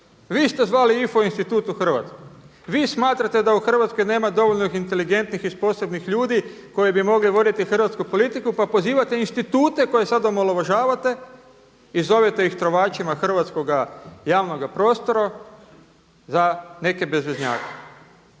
Vi ste zvali info institut u Hrvatsku. Vi smatrate da u Hrvatskoj nema dovoljno inteligentnih i sposobnih ljudi koji bi mogli voditi Hrvatsku politiku pa pozivate institute koje sada omalovažavate i zovete ih trovačima hrvatskoga javnoga prostora za neke bezveznjake.